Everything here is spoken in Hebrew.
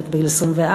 חלק בגיל 24,